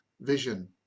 vision